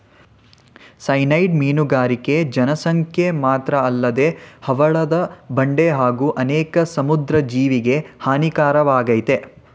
cyanide ಮೀನುಗಾರಿಕೆ ಜನಸಂಖ್ಯೆ ಮಾತ್ರಅಲ್ಲದೆ ಹವಳದ ಬಂಡೆ ಹಾಗೂ ಅನೇಕ ಸಮುದ್ರ ಜೀವಿಗೆ ಹಾನಿಕಾರಕವಾಗಯ್ತೆ